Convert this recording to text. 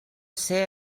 ser